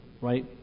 right